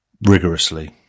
Rigorously